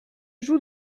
joue